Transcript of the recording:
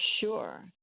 sure